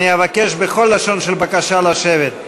אני מבקש בכל לשון של בקשה, לשבת.